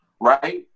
right